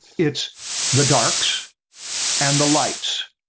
it's the darks and the lights.